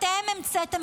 אתם המצאתם,